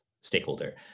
stakeholder